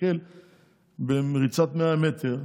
תסתכל בריצת 100 מטר,